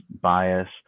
bias